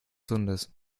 hundes